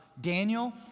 Daniel